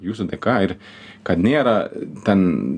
jūsų dėka ir kad nėra ten